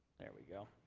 there we go.